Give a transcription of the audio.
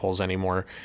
anymore